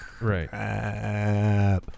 Right